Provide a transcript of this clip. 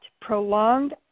prolonged